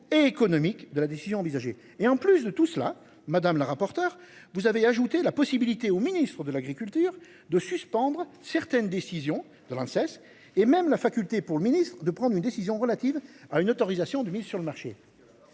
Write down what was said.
et économiques de la décision envisagée et en plus de tout cela, madame la rapporteur vous avez ajouté la possibilité au Ministre de l'Agriculture de suspendre certaines décisions de l'inceste et même la faculté pour le ministre, de prendre une décision relative à une autorisation de mise sur le marché.